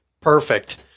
Perfect